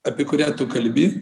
apie kurią tu kalbi